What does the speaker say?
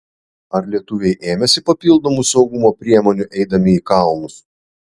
ar lietuviai ėmėsi papildomų saugumo priemonių eidami į kalnus